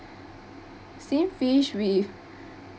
steam fish with